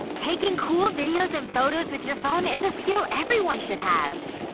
taking cool videos and photos with your phone is a skill everyone should have!